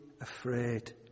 afraid